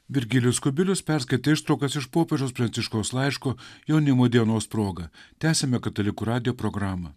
virgilijus kubilius perskaitė ištraukas iš popiežiaus pranciškaus laiško jaunimo dienos proga tęsiame katalikų radijo programą